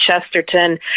Chesterton